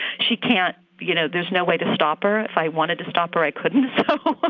she can't you know, there's no way to stop her. if i wanted to stop her, i couldn't. so but